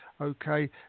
okay